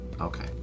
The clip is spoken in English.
Okay